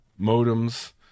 modems